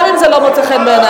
גם אם זה לא מוצא חן בעינייך.